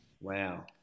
Wow